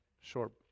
short